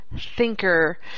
Thinker